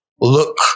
look